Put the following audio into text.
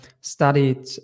studied